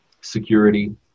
security